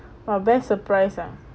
our best surprise ah